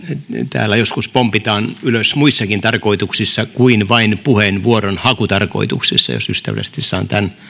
täällä joskus pompitaan ylös muissakin tarkoituksissa kuin vain puheenvuoron hakutarkoituksessa jos ystävällisesti saan tämän